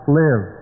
live